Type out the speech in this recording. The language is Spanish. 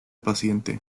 paciente